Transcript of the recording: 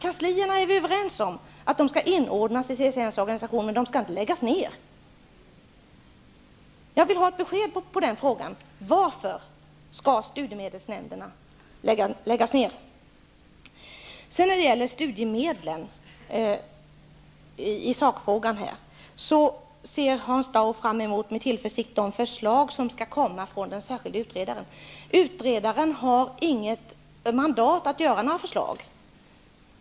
Vi är överens om att kanslierna skall inordnas i CSN:s organisation. Men de skall inte läggas ned! Jag vill ha ett besked på frågan varför studiemedelsnämnderna skall läggas ned. Vidare har vi frågan om studiemedlen. Hans Dau ser med tillförsikt fram emot de förslag som den särskilde utredaren skall lägga fram. Utredaren har inget mandat att lägga fram några förslag.